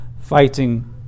fighting